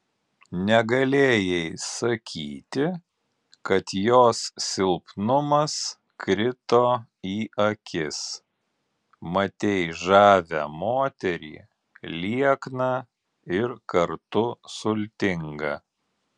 negalėjai sakyti kad jos silpnumas krito į akis matei žavią moterį liekną ir kartu sultingą